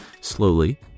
slowly